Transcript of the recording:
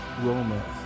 romance